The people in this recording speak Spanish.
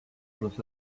unos